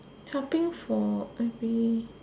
helping for maybe